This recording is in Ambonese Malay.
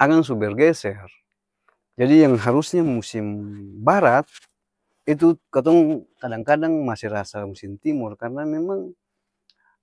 Akang su bergeser, jadi yang harus nya musim barat itu kotong kadang-kadang masi rasa musim timur karna memang,